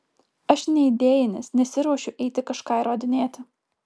aš neidėjinis nesiruošiu eiti kažką įrodinėti